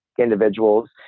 individuals